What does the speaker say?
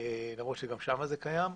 למרות שגם שם זה קיים.